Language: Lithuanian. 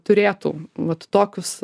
turėtų vat tokius